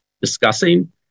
discussing